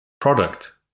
Product